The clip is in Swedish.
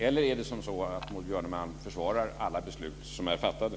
Eller försvarar Maud Björnemalm alla beslut som är fattade?